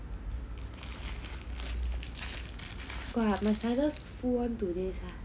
my sinus full on today sia